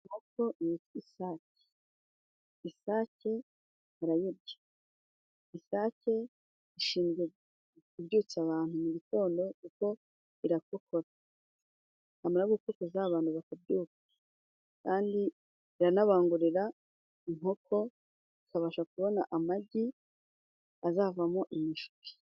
Inkoko yitwa isake, isake barayirya, isake ishinzwe kubyutsa abantu mu gitondo, kuko irakokoza, yamara gukokoza abantu bakabyuka, kandi iranabangurira inkoko ikabasha kubona amagi azavamo imishwi.